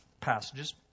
passages